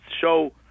show